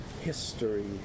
history